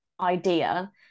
idea